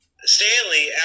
Stanley